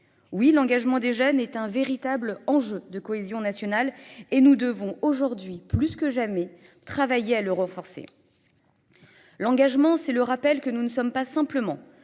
Oui, l'engagement des jeunes est un véritable enjeu de cohésion nationale et nous devons aujourd'hui plus que jamais travailler à le renforcer. L'engagement, c'est le rappel que nous ne sommes pas simplement